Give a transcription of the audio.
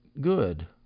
good